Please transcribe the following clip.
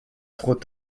trop